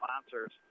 sponsors